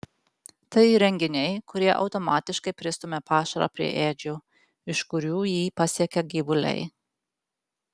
tai įrenginiai kurie automatiškai pristumia pašarą prie ėdžių iš kurių jį pasiekia gyvuliai